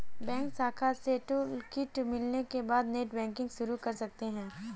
bank शाखा से toolkit मिलने के बाद नेटबैंकिंग शुरू कर सकते है